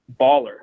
baller